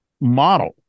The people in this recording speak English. model